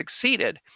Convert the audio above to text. succeeded